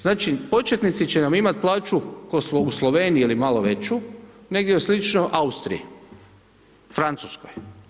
Znači, početnici će nam imat plaću ko u Sloveniji ili malo veću, negdje slično Austriji, Francuskoj.